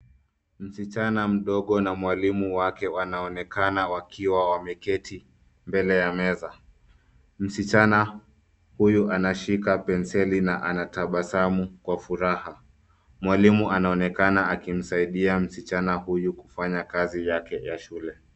Msichana mdogo na mwalimu wake wanaonekana wakiwa wameketi mbele ya meza. Msichana huyu anashika penseli na anatabasamu kwa furaha. Mwalimu anaonekana akimsaidia msichana huyu kufanya kazi yake ya shule.